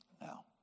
Now